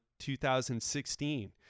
2016